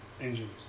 engines